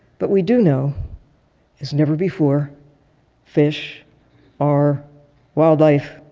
but we do know as never before fish are wildlife.